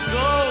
go